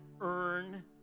earn